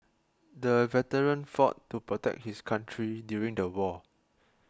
the veteran fought to protect his country during the war